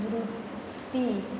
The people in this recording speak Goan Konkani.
तृप्ती